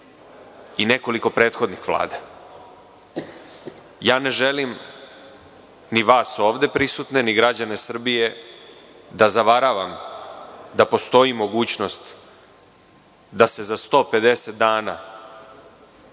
i nekoliko prethodnih vlada. Ne želim ni vas ovde prisutne, ni građane Srbije da zavaravam da postoji mogućnost da se za 150 dana